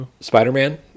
Spider-Man